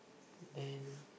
then